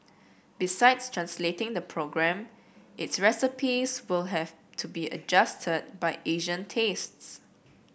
besides translating the program its recipes will have to be adjusted by Asian tastes